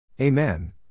Amen